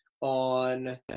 on